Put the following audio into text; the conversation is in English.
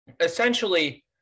Essentially